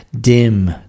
Dim